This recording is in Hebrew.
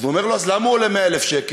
אז הוא אומר לו: אז למה הוא עולה 100,000 שקל?